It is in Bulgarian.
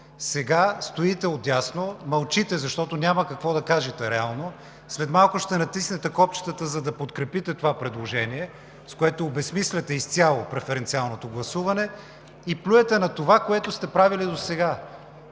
сега стоите отдясно, мълчите, защото няма какво да кажете реално, след малко ще натиснете копчетата, за да подкрепите това предложение, с което обезсмисляте изцяло преференциалното гласуване, и плюете на това, което сте правили досега.